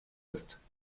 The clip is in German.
ist